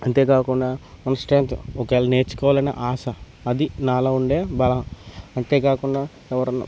అంతేకాకుండా ఇన్స్టెంట్ ఒకేలా నేర్చుకోవాలనే ఆశ అది నాలో ఉండే బలం అంతేకాకుండా ఎవరైనా